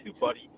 buddy